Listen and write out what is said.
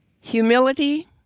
Humility